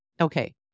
Okay